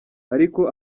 ariko